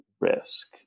risk